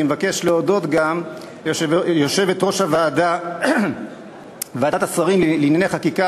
אני מבקש להודות גם ליושבת-ראש ועדת השרים לענייני חקיקה,